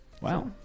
Wow